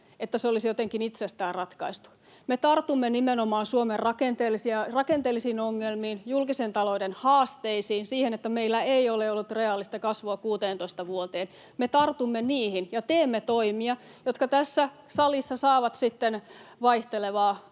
niin se olisi jotenkin itsestään ratkaistu. Me tartumme nimenomaan Suomen rakenteellisiin ongelmiin, julkisen talouden haasteisiin, siihen, että meillä ei ole ollut reaalista kasvua 16 vuoteen. Me tartumme niihin ja teemme toimia, jotka tässä salissa saavat sitten vaihtelevaa